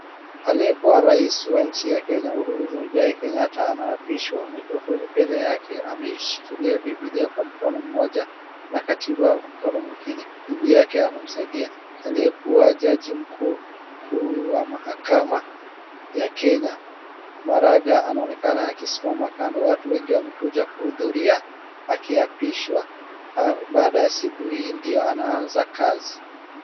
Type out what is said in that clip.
Aliye kuwa rais wa nchi ya Kenya Uhuru Mwigai Kenyatta anaapishwa na maikrofoni mbele yake ameishikilia bibilia kwa mkono mmoja na katiba mkono mwingine, bibi yake anamsaidia. Aliyekuwa jaji mkuu wa mahakama ya Kenya Maraga anaonekana akisimama kando. Watu wengi wamekuja kuhudhuria akiapishwa, baada ya siku hii ndio anaanza kazi.